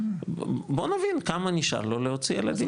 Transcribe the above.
בוא נבין כמה נשאר לו להוציא על הדיור.